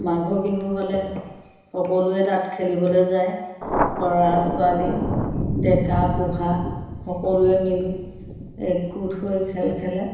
মাঘৰ বিহু হ'লে সকলোৱে তাত খেলিবলৈ যায় ল'ৰা ছোৱালী ডেকা বুঢ়া সকলোৱে মিলি একগোট হৈ খেল খেলে